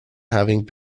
having